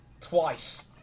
twice